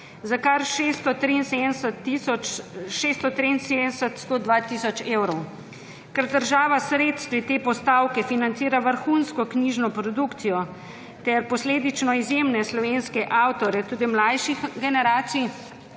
za kar 673 tisoč 102 evrov. Ker država s sredstvi te postavke financira vrhunsko knjižno produkcijo ter posledično izjemne slovenske avtorje tudi mlajših generacij